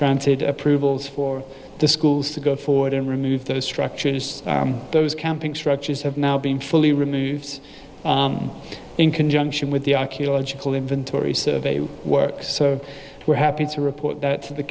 granted approvals for the schools to go forward and remove those structures those camping structures have now been fully removed in conjunction with the archaeological inventory survey work so we're happy to report that t